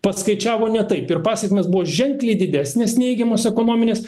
paskaičiavo ne taip ir pasekmės buvo ženkliai didesnės neigiamos ekonominės